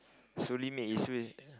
slowly made his way